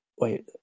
Wait